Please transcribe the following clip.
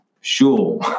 sure